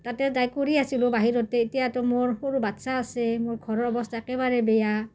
তাতে যাই কৰি আছিলোঁ বাহিৰতে এতিয়াতো মোৰ সৰু বাচ্ছা আছে মোৰ ঘৰৰ অৱস্থা একেবাৰে বেয়া